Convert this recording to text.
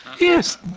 Yes